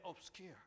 obscure